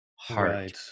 heart